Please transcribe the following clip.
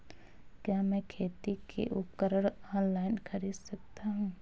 क्या मैं खेती के उपकरण ऑनलाइन खरीद सकता हूँ?